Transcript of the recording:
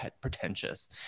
pretentious